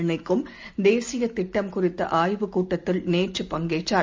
இணைக்கும் தேசியதிட்டம் குறித்தஆய்வுக் கூட்டத்தில் நேற்று பங்கேற்றார்